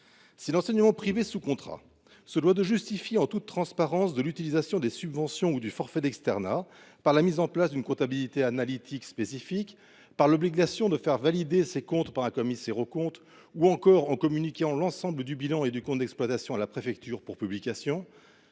Si l’enseignement privé sous contrat doit justifier en toute transparence l’utilisation des subventions ou du forfait d’externat, par la mise en place d’une comptabilité analytique spécifique, par l’obligation de faire valider ses comptes par un commissaire aux comptes ou encore en communiquant l’ensemble du bilan et du compte d’exploitation à la préfecture pour publication,